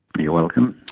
you're welcome.